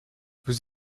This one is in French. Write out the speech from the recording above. vous